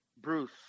Bruce